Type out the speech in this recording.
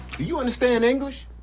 do you understand english?